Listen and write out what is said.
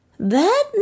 That